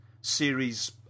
series